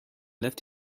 left